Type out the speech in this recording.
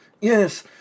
yes